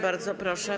Bardzo proszę.